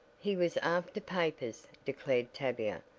he was after papers, declared tavia,